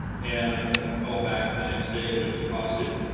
and i got the call back the next day that it was positive.